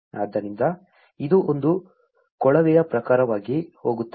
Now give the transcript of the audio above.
ಆದ್ದರಿಂದ ಇದು ಒಂದು ಕೊಳವೆಯ ಪ್ರಕಾರವಾಗಿ ಹೋಗುತ್ತದೆ